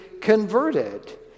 converted